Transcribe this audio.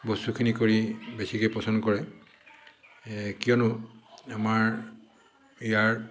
বস্তুখিনি কৰি বেছিকে পছন্দ কৰে কিয়নো আমাৰ ইয়াৰ